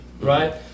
right